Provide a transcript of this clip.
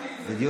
זה אותו טיעון.